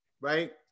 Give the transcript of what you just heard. right